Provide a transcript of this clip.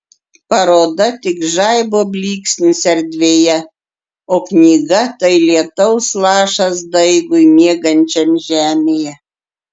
paroda tik žaibo blyksnis erdvėje o knyga tai lietaus lašas daigui miegančiam žemėje